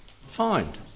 find